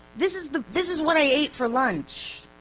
this is the this is what i ate for lunch.